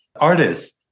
artist